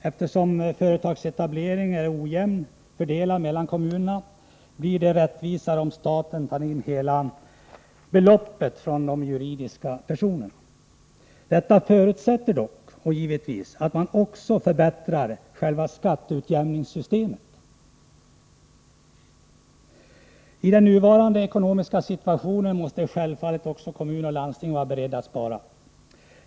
Eftersom företagsetableringen är ojämnt fördelad mellan kommunerna blir det rättvisare om staten tar in hela beloppet från de juridiska personerna. Detta förutsätter givetvis att man också förbättrar själva skatteutjämningssystemet. I den nuvarande ekonomiska situationen måste självfallet också kommuner och landsting vara beredda att spara.